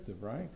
right